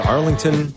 Arlington